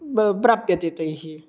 बा प्राप्यते तैः